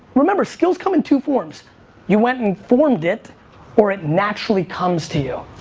remember skills come in two forms you went and formed it or it naturally comes to you.